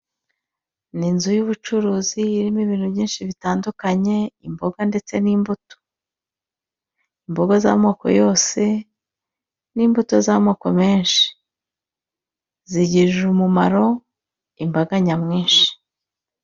Ni inzu y'ubucuruzi irimo ibintu byinshi bitandukanye: imboga ndetse n'imbuto, imboga z'amoko yose n'imbuto z'amoko menshi, zigirira umumaro imbaga nyamwinshi.